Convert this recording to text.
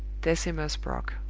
decimus brock.